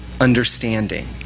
understanding